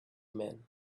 men